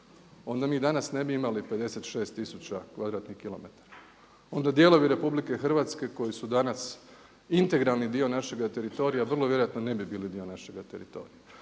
onda mi danas ne bi imali 56 tisuća kvadratnih kilometara, onda dijelovi RH koji su danas integralni dio našega teritorija vrlo vjerojatno ne bi bili dio našega teritorija,